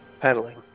pedaling